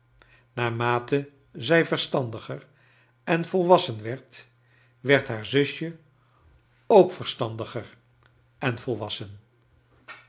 naarmate zij verstandiger en vol wassen werd word haar z i s je ook verstandiger en vol